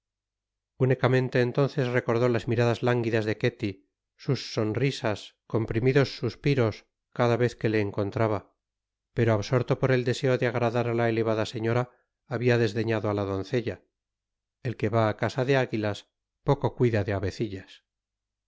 unicamente entonces recordó las miradas lánguidas de ketty sus sonrisas y comprimidos suspiros cada vez que le encontraba pero absorto por el deseo de agradar á la elevada señora habia desdeñado á la doncella el que va á caza de águilas poco cuida de